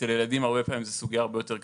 אצל ילדים הרבה פעמים זאת סוגיה הרבה יותר קריטית,